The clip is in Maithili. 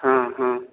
हँ हँ